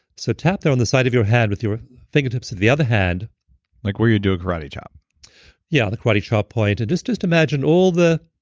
so tap there on the side of your hand with your fingertips of the other hand like where you're doing karate chop yeah, the karate chop point. and just just imagine all